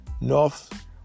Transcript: North